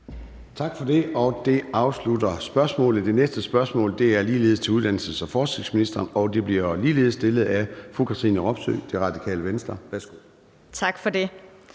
Tak for det. Og det afslutter spørgsmålet. Det næste spørgsmål er ligeledes til uddannelses- og forskningsministeren, og det er ligeledes stillet af fru Katrine Robsøe, Radikale Venstre. Kl.